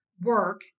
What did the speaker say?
work